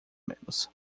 menos